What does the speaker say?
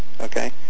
okay